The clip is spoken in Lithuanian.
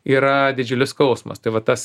yra didžiulis skausmas tai va tas